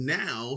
now